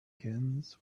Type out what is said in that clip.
begins